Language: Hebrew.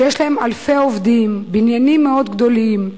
שיש להם אלפי עובדים, בניינים מאוד גדולים,